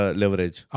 leverage